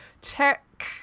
tech